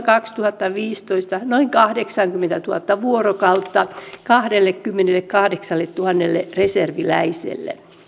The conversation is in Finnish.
olin iloinen että pääministeri totesi että komiteatyöskentelyynkin palaamista harkitaan